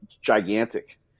gigantic